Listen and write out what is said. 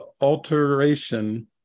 alteration